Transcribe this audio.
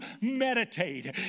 meditate